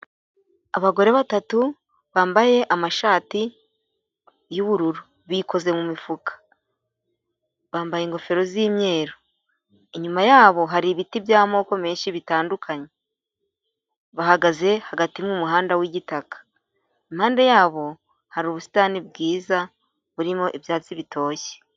Abagore batatu bambaye amashati y'ubururu bikoze mu mifuka, bambaye ingofero z'imyeru, inyuma yabo hari ibiti by'amoko menshi bitandukanye, bahagaze hagati mu muhanda w'igitaka, impande yabo hari ubusitani bwiza burimo ibyatsi bitoshye.